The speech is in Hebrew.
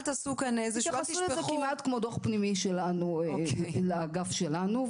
זה כמעט כמו דוח פנימי שלנו לאגף שלנו,